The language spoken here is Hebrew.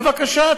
בבקשה,